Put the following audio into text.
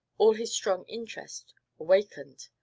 all his strong interest awakened.